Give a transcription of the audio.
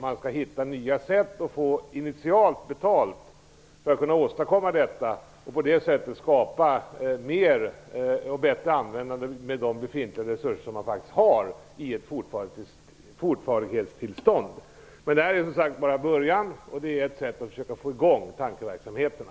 Man skall hitta nya sätt och få betalt initialt för att kunna åstadkomma något och använda de befintliga resurserna på ett bättre sätt i ett fortvarande tillstånd. Detta är som sagt bara början. Det är ett sätt att försöka få i gång tankeverksamheten.